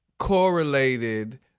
Correlated